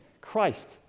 Christ